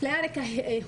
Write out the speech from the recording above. אפליה על רקע הורות,